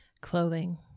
clothing